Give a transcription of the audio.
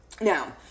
now